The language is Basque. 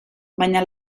baina